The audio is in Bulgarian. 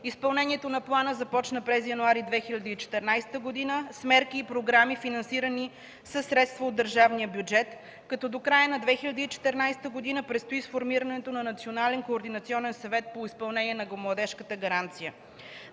Изпълнението на плана започна през януари 2014 г. с мерки и програми, финансирани със средства от държавния бюджет, като до края на 2014 г. предстои сформирането на Национален координационен съвет по изпълнение на младежката гаранция.